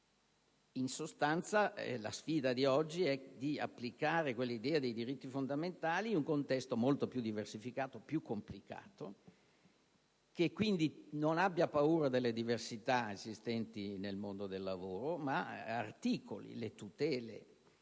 In sostanza, la sfida di oggi è applicare quell'idea di diritti fondamentali in un contesto molto più diversificato e più complicato, che quindi non abbia paura delle diversità esistenti nel mondo del lavoro, ma articoli le tutele